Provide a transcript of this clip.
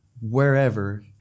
wherever